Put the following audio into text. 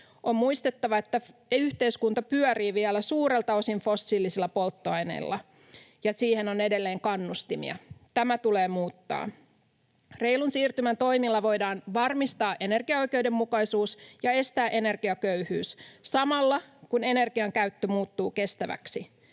On muistettava, että yhteiskunta pyörii vielä suurelta osin fossiilisilla polttoaineilla ja siihen on edelleen kannustimia. Tämä tulee muuttaa. Reilun siirtymän toimilla voidaan varmistaa energiaoikeudenmukaisuus ja estää energiaköyhyys samalla kun energian käyttö muuttuu kestäväksi.